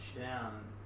down